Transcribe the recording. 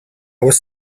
was